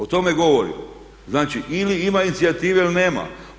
O tome govorim, znači, ili ima inicijative ili nema.